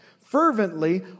Fervently